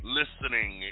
listening